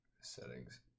Settings